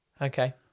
Okay